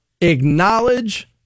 Acknowledge